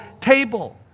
table